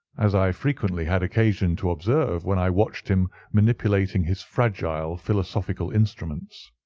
as i frequently had occasion to observe when i watched him manipulating his fragile philosophical instruments.